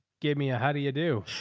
gave me a, how do you do?